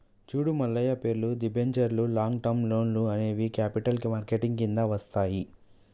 చూడు మల్లయ్య పేర్లు, దిబెంచర్లు లాంగ్ టర్మ్ లోన్లు అనేవి క్యాపిటల్ మార్కెట్ కిందికి వస్తాయి